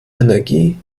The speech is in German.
energie